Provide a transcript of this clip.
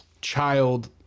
child